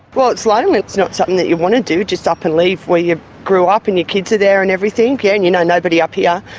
well, it's lonely. it's not something that you want to do just up and leave where you grew up, and your kids are there and everything. yeah, and you know nobody up here.